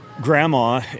grandma